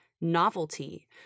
novelty